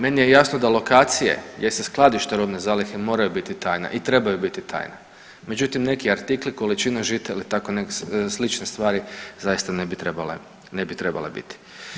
Meni je jasno da lokacije jer se skladište robne zalihe moraju biti tajna i trebaju biti tajna, međutim neki artikli, količina žita ili tako neke slične stvari zaista ne bi trebale biti.